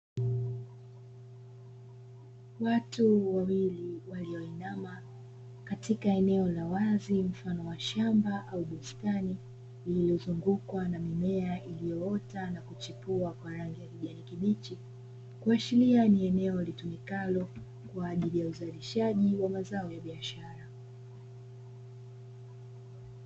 Watu wawili walioinama katika eneo la wazi mfano wa shamba au bustani iliyozungukwa na mimea iliyoota na kuchipua kwa rangi ya kijani kibichi kuashiria ni eneo litumikalo kwa ajili ya uzalishaji wa mazao ya biashara.